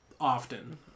often